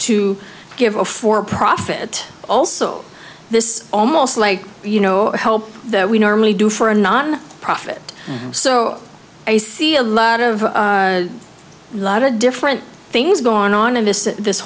to give a for profit also this almost like you know help that we normally do for a non profit so you see a lot of a lot of different things going on in this this